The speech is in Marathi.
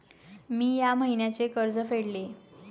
मी या महिन्याचे कर्ज फेडले